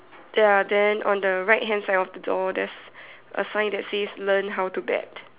ya then on the right hand side of the door there's a sign that says learn how to bet